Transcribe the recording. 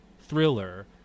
thriller